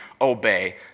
obey